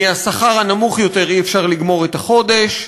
מהשכר הנמוך יותר אי-אפשר לגמור את החודש.